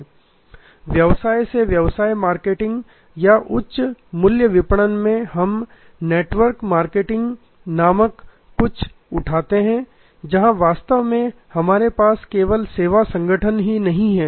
B 2 B व्यवसाय से व्यवसाय मार्केटिंग या उच्च मूल्य विपणन में हम नेटवर्क मार्केटिंग नामक कुछ भी उठाते है जहां वास्तव में हमारे पास केवल सेवा संगठन ही नहीं है